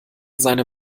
seine